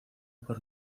por